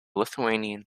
lithuanian